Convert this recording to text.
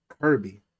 Kirby